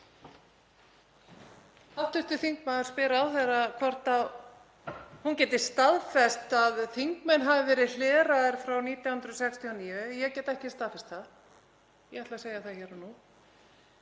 Hv. þingmaður spyr ráðherra hvort hún geti staðfest að þingmenn hafi ekki verið hleraðir frá 1969. Ég get ekki staðfest það, ég ætla að segja það hér og nú,